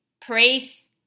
praise